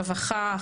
רווחה,